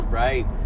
right